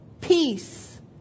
peace